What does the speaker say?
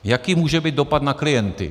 Jaký může být dopad na klienty?